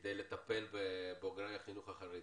כדי לטפל בבוגרי החינוך החרדי.